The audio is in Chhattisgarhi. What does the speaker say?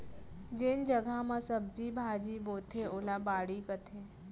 जेन जघा म सब्जी भाजी बोथें ओला बाड़ी कथें